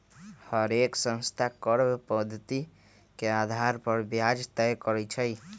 हरेक संस्था कर्व पधति के अधार पर ब्याज तए करई छई